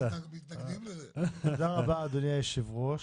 אדוני היושב-ראש,